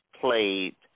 played –